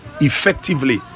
effectively